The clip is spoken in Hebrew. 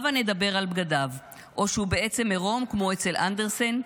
הבה נדבר על בגדיו: או שהוא בעצם עירום כמו אצל אנדרסן,